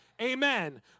Amen